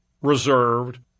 reserved